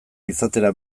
izatera